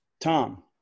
Tom